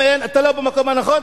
אם אתה לא במקום הנכון,